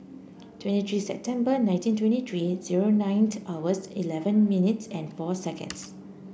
twenty three September nineteen twenty three zero nine hours eleven minutes and four seconds